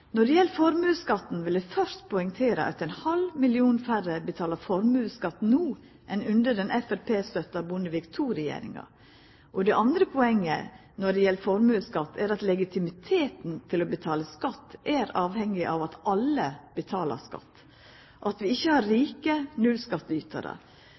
Når det gjeld formuesskatten, vil eg først poengtera at ein halv million færre betalar formuesskatt no enn under den framstegspartistøtta Bondevik II-regjeringa. Det andre poenget når det gjeld formuesskatt, er at legitimiteten ved å betala skatt er avhengig av at alle betaler skatt, at vi ikkje har